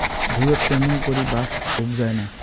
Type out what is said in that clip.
ভুঁইয়ত ত্যামুন করি বাঁশ উবজায় না